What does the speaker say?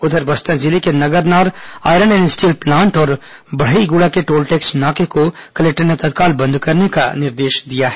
उधर बस्तर जिले के Nagarnar iron and steel plant और बढ़ईगुड़ा के टोल टैक्स नाका को कलेक्टर ने तत्काल बंद करने का निर्देश दिया है